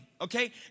okay